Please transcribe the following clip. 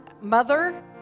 mother